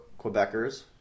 Quebecers